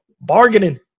Bargaining